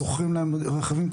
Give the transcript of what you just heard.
שוכרים להם רכבים,